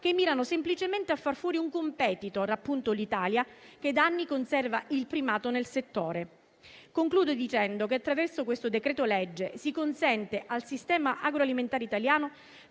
che mirano semplicemente a far fuori un *competitor*, appunto l'Italia, che da anni conserva il primato nel settore. Concludo dicendo che attraverso questo decreto-legge si consente al sistema agroalimentare italiano